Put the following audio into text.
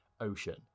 ocean